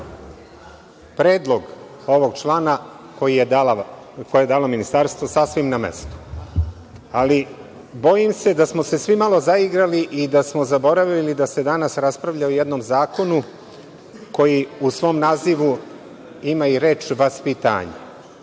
predlog ovog člana koji je dalo Ministarstvo sasvim na mestu. Ali, bojim se da smo se svi malo zaigrali i da smo zaboravili da se danas raspravlja o jednom zakonu koji u svom nazivu ima i reč: „vaspitanje“.